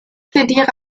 plädiere